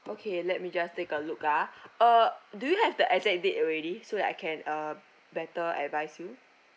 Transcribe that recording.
okay let me just take a look ah uh do you have the exact date already so that I can uh better advise you